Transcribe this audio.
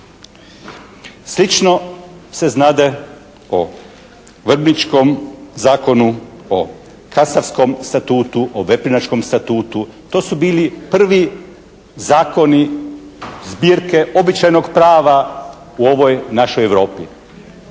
Slično se znade o Vrbničkom zakonu, o Kasarskom statutu, o Veprinačkom statutu. To su bili prvi zakonu, zbirke običajnog prava u ovoj našoj Europi.